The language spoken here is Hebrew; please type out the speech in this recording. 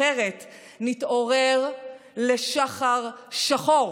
אחרת נתעורר לשחר שחור